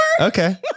okay